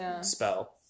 spell